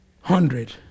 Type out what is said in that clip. Hundred